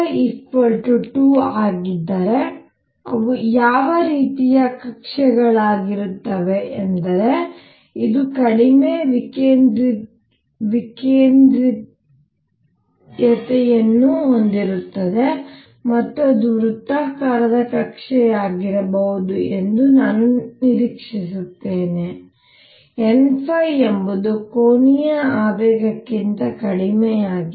ಈಗ n2 ಆಗಿದ್ದರೆ ಅವು ಯಾವ ರೀತಿಯ ಕಕ್ಷೆಗಳಾಗಿರುತ್ತವೆ ಅಂದರೆ ಇದು ಕಡಿಮೆ ವಿಕೇಂದ್ರೀಯತೆಯನ್ನು ಹೊಂದಿರುತ್ತದೆ ಮತ್ತು ಅದು ವೃತ್ತಾಕಾರದ ಕಕ್ಷೆಯಾಗಿರಬಹುದು ಎಂದು ನಾನು ನಿರೀಕ್ಷಿಸುತ್ತೇನೆ nಎಂಬುದು ಕೋನೀಯ ಆವೇಗಕ್ಕಿಂತ ಕಡಿಮೆಯಾಗಿದೆ